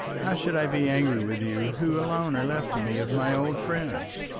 how should i be angry with you who alone are left to me of my old friends?